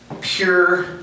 pure